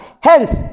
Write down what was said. Hence